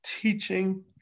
teaching